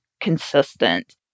consistent